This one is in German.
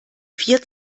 vier